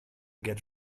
get